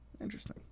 Interesting